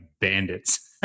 bandits